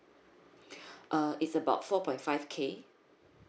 uh it's about four point five K